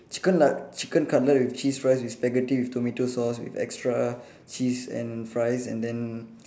chicken lat~ chicken cutlet with cheese fries with spaghetti with tomato sauce with extra cheese and fries and then